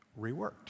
reworked